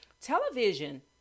television